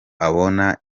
abona